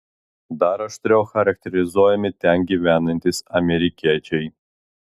dar aštriau charakterizuojami ten gyvenantys amerikiečiai